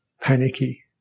panicky